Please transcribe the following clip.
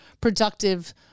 productive